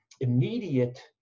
immediate